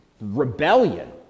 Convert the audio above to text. rebellion